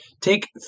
take